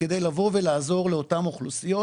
אנחנו מנסים לבוא ולעזור לאותן אוכלוסיות,